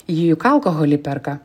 ji juk alkoholį perka